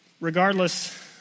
regardless